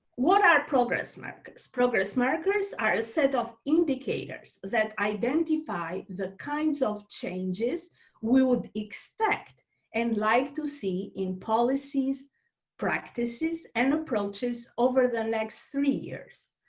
what are progress markers? progress markers are a set of indicators that identify the kinds of changes we would expect and like to see in policies practices and approaches over the next three years.